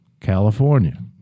California